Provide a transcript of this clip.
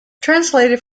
translated